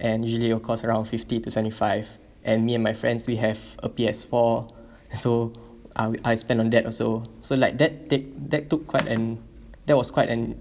and usually it'll cost around fifty to seventy five and me and my friends we have a P_S four so I wi~ I spend on that also so like that take that took quite an that was quite an